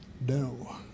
No